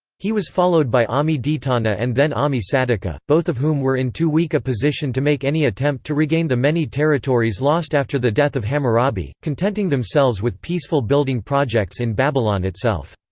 he was followed by ammi-ditana and then ammi-saduqa, both of whom were in too weak a position to make any attempt to regain the many territories lost after the death of hammurabi, contenting themselves with peaceful building projects in babylon itself.